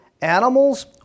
animals